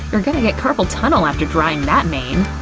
you're gonna get carpel tunnel after drying that mane!